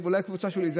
קבוצה שולית,